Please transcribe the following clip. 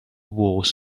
was